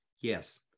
yes